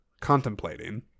contemplating